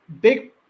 big